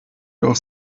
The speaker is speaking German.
doch